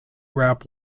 rap